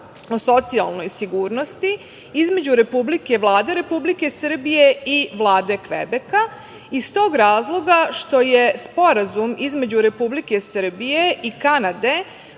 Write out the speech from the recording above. socijalnoj sigurnosti između Vlade Republike Srbije i Vlade Kvebeka, iz tog razloga što Sporazumom između Republike Srbije i Kanade,